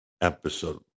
episode